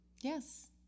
Yes